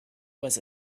was